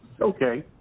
Okay